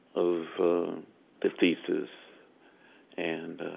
of the thesis and